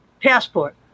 passport